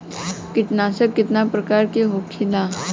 कीटनाशक कितना प्रकार के होखेला?